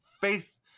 faith